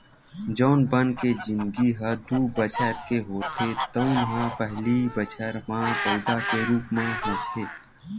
जउन बन के जिनगी ह दू बछर के होथे तउन ह पहिली बछर म पउधा के रूप म होथे